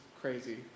crazy